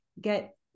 get